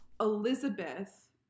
Elizabeth